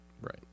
Right